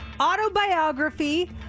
Autobiography